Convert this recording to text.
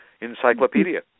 Encyclopedia